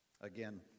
Again